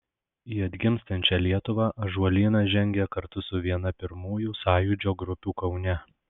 į atgimstančią lietuvą ąžuolynas žengė kartu su viena pirmųjų sąjūdžio grupių kaune